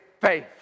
faith